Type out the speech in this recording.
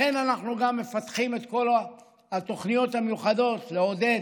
לכן אנחנו גם מפתחים את כל התוכניות המיוחדות לעודד